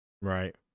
Right